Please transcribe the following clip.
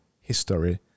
history